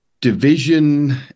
division